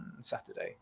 Saturday